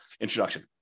introduction